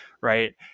Right